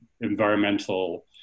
environmental